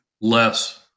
Less